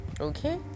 Okay